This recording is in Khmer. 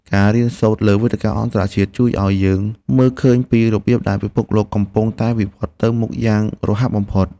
ការរៀនសូត្រលើវេទិកាអន្តរជាតិជួយឱ្យយើងមើលឃើញពីរបៀបដែលពិភពលោកកំពុងតែវិវត្តន៍ទៅមុខយ៉ាងរហ័សបំផុត។